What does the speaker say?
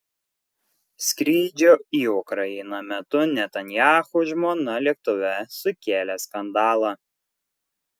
skrydžio į ukrainą metu netanyahu žmona lėktuve sukėlė skandalą